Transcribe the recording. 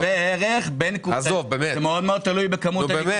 זה תלוי בכמות הניקוטין.